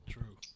True